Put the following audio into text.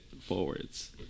forwards